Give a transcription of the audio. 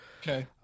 Okay